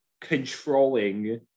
controlling